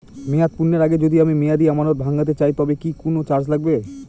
মেয়াদ পূর্ণের আগে যদি আমি মেয়াদি আমানত ভাঙাতে চাই তবে কি কোন চার্জ লাগবে?